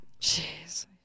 Jeez